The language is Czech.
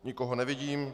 Nikoho nevidím.